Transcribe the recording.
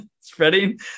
spreading